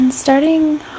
Starting